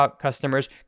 customers